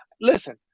Listen